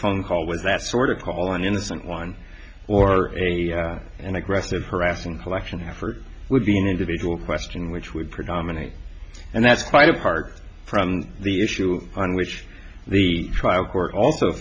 phone call was that sort of call an innocent one or a an aggressive harassing collection heifers would be an individual question which would predominate and that's quite apart from the issue on which the trial court also